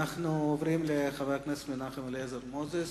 עוברים לחבר הכנסת מנחם אליעזר מוזס,